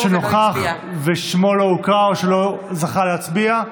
שנוכח ושמו לא הוקרא או שלא זכה להצביע?